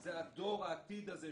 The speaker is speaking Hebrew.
זה דור העתיד הזה,